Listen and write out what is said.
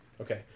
Okay